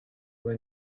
were